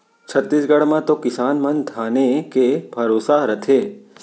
छत्तीसगढ़ म तो किसान मन धाने के भरोसा रथें